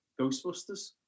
Ghostbusters